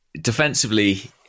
defensively